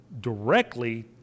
directly